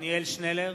עתניאל שנלר,